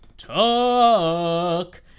Tuck